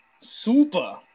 super